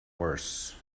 worse